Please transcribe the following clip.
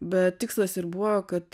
bet tikslas ir buvo kad